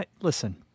listen